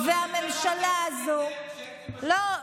תזכירי רק לנו, לעם ישראל, איך אתם עשיתם את זה?